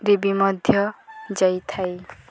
ରିବି ମଧ୍ୟ ଯାଇଥାଏ